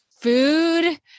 food